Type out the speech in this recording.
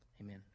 Amen